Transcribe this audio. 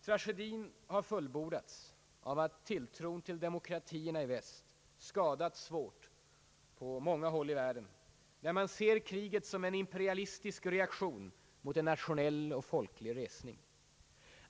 Tragedin har fullbordats av att tilltron till demokratierna i väst skadats svårt på många håll i världen, där man ser kriget som en imperialistisk reaktion mot en nationell och folklig resning.